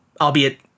albeit